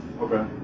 okay